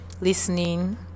listening